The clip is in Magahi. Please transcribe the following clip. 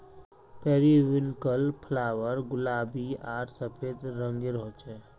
पेरिविन्कल फ्लावर गुलाबी आर सफ़ेद रंगेर होचे